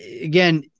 again